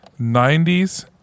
90s